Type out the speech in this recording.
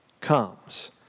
comes